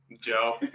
Joe